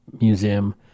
Museum